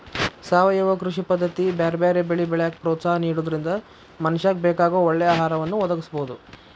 ಸಾವಯವ ಕೃಷಿ ಪದ್ದತಿ ಬ್ಯಾರ್ಬ್ಯಾರೇ ಬೆಳಿ ಬೆಳ್ಯಾಕ ಪ್ರೋತ್ಸಾಹ ನಿಡೋದ್ರಿಂದ ಮನಶ್ಯಾಗ ಬೇಕಾಗೋ ಒಳ್ಳೆ ಆಹಾರವನ್ನ ಒದಗಸಬೋದು